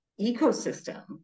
ecosystem